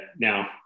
now